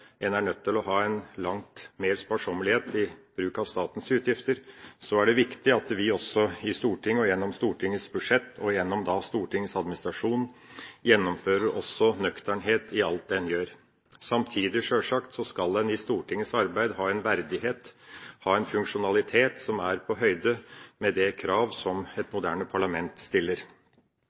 en er nødt til å ha langt mer sparsommelighet i bruk av statens utgifter, er det viktig at vi også i Stortinget, gjennom Stortingets budsjett og gjennom Stortingets administrasjon, gjennomfører nøkternhet i alt en gjør. Samtidig skal en sjølsagt i Stortingets arbeid ha en verdighet og en funksjonalitet som er på høyde med de krav som et moderne parlament stiller.